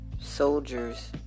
soldiers